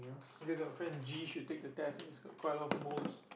okay our friend G should take the test he's got quite a lot of moles